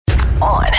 On